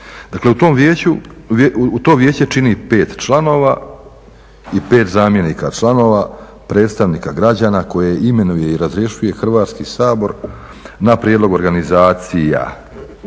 vijeću, to vijeće čini 5 članova i 5 zamjenika članova predstavnika građana koje imenuje i razrješuje Hrvatski sabor na prijedlog organizacija civilnog